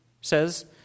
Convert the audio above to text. says